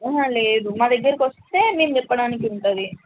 లేదు మా దగ్గరకి వస్తే మేము చెప్పడానికి ఉంటుంది